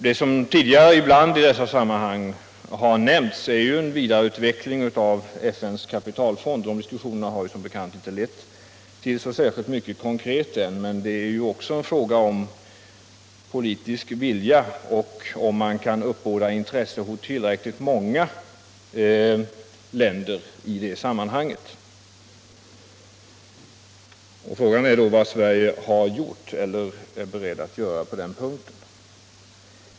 Det som tidigare i dessa sammanhang ibland har nämnts är en vidareutveckling av FN:s kapitalfond — de diskussionerna har som bekant inte lett till särskilt konkreta resultat än — men det är också en fråga om politisk vilja och om huruvida man kan uppbåda intresse hos tillräckligt många länder i det sammanhanget. En ytterligare fråga är då vad Sverige har gjort eller är berett att göra på den punkten.